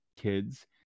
kids